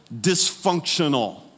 dysfunctional